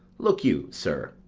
look you, sir,